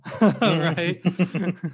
right